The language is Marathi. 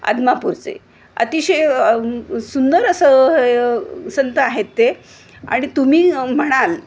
आदमापूरचे अतिशय सुंदर असं संत आहेत ते आणि तुम्ही म्हणाल